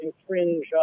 infringe